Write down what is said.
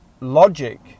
logic